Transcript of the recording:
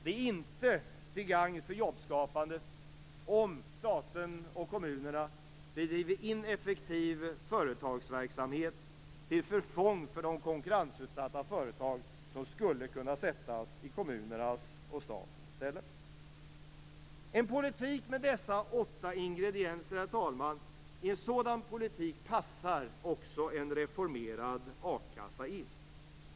Det är inte till gagn för jobbskapandet om staten och kommunerna bedriver en ineffektiv företagsverksamhet, till förfång för de konkurrensutsatta företag som skulle kunna sättas i kommunernas och statens ställe. I en politik med dessa åtta ingredienser, herr talman, passar också en reformerad a-kassa in.